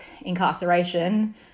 incarceration